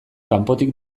kanpotik